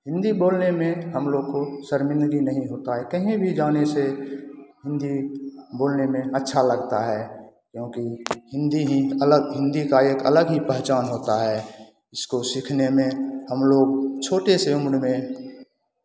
हिन्दी बोलने में हम लोग को शर्मिंदगी नहीं होता है कहीं भी जाने से हिन्दी बोलने में अच्छा लगता है क्योंकि हिन्दी ही अलग हिन्दी का एक अलग ही पहचान होता है इसको सीखने में हम लोग छोटे से उम्र में